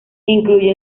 incluye